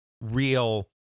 real